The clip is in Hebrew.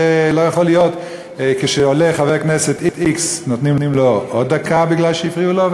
לא יכול להיות שכשעולה חבר הכנסת x נותנים לו עוד דקה מפני שהפריעו לו,